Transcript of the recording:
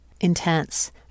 intense